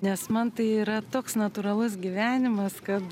nes man tai yra toks natūralus gyvenimas kad